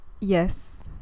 Yes